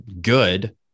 good